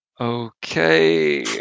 Okay